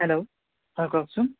hello হয় কওকচোন